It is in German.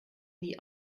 nie